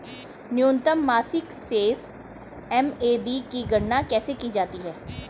न्यूनतम मासिक शेष एम.ए.बी की गणना कैसे की जाती है?